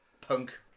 punk